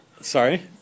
Sorry